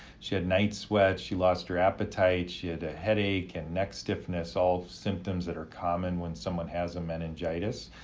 she had night sweats, she lost her appetite, she had a headache and neck stiffness, all symptoms that are common when someone has a meningitis.